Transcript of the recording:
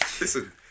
listen